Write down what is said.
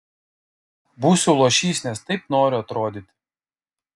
būsiu luošys nes taip noriu atrodyti